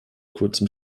kurzem